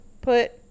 Put